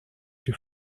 your